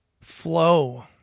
flow